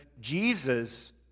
Jesus